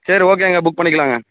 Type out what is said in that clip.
சரி ஓகேங்க புக் பண்ணிக்கலாங்க